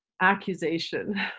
accusation